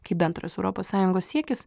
kai bendras europos sąjungos siekis